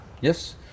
Yes